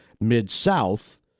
Mid-South